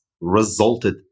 resulted